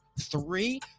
Three